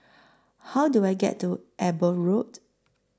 How Do I get to Eber Road